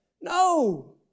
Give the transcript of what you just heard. No